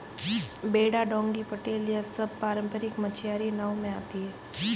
बेड़ा डोंगी पटेल यह सब पारम्परिक मछियारी नाव में आती हैं